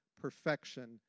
perfection